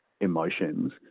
emotions